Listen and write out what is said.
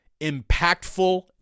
impactful